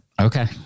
Okay